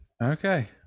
Okay